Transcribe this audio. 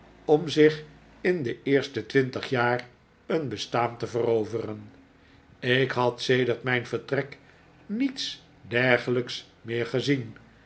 om zich in de eerste twintig jaar een bestaan te veroveren ik had sedert mijn vertrek niets dergelijks meer gezien